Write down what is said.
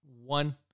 One